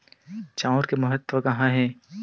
चांउर के महत्व कहां हे?